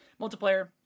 multiplayer